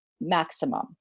maximum